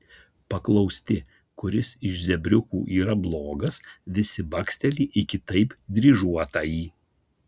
paklausti kuris iš zebriukų yra blogas visi baksteli į kitaip dryžuotąjį